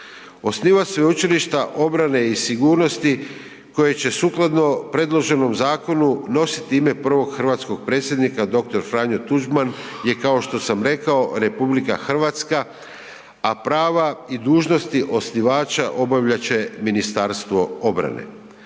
Osnivače sveučilišta obrane i sigurnosti koje će sukladno predloženom zakonu nositi ime prvog hrvatskog predsjednika Dr. Franjo Tuđman je kao što sam rekao, RH a prava i dužnosti osnivača obavljat će Ministarstvo obrane.